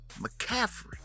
mccaffrey